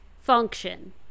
function